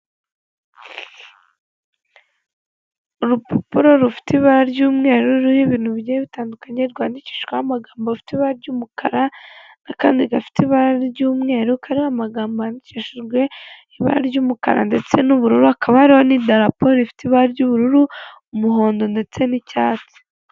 Urupapuro rufite ibara ry'umweru ruriho ibintu bigiye bitandukanye. Rwandikishijweho amagambo afite ibara ry'umukara, nakandi gafite ibara ry'umweru kariho amagambo yandikishijweho ibara ry' umukara ndetse n'ubururu. Hakaba hariho n' darapo rifite ibara ry'ubururu, umuhondo, ndetse n'icyatsi.